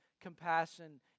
compassion